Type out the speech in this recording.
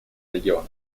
региона